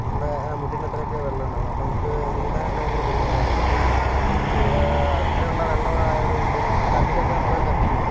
നമ്മളെ മുട്ടിൻ്റത്രയൊക്കെ വെള്ളം ഉണ്ടാവുകയുള്ളൂ അപ്പോൾ നമുക്ക് നീന്തുവാനൊക്കെ ഭയങ്കര ബുദ്ധിമുട്ടായിരിക്കും അപ്പോൾ ഈ അത്രയുള്ള വെള്ളം ആയതുകൊണ്ട് നമുക്ക് കല്ലിലൊക്കെ നമ്മൾ തട്ടിയിട്ട്